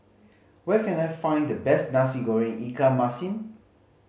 where can I find the best Nasi Goreng ikan masin